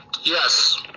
yes